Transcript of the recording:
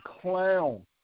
clown